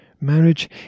Marriage